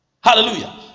hallelujah